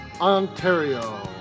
Ontario